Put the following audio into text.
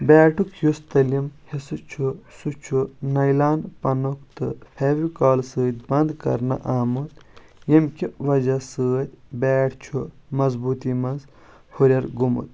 بیٹُک یُس تٔلِم حِصہٕ چھُ سُہ چھُ نایلان پنُک تہٕ فیویکال سۭتۍ بنٛد کرنہٕ آمُت ییٚمہِ کہِ وجہ سۭتۍ بیٹ چھُ مضبوٗطی منٛز ہُرٮ۪ر گوٚمُت